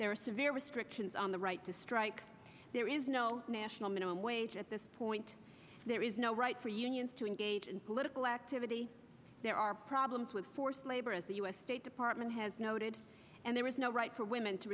are severe restrictions on the right to strike there is no national minimum wage at this point there is no right for unions to engage in political activity there are problems with forced labor as the us state department has noted and there is no right for women to